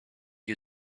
you